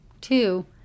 Two